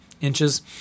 inches